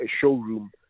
showroom